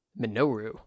Minoru